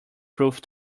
proof